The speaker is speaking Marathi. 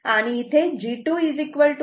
तेव्हा g2 0